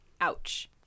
Ouch